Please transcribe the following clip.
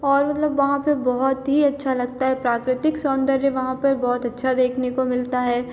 और मतलब वहाँ पर बहुत ही अच्छा लगता है प्राकृतिक सौन्दर्य वहाँ पर बहुत अच्छा देखने को मिलता है